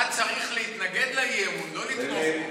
אתה צריך להתנגד לאי-אמון, לא לתמוך בו.